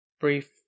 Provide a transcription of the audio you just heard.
brief